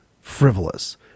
frivolous